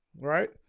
right